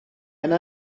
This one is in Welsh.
yna